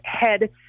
head